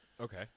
Okay